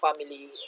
family